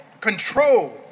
control